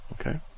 okay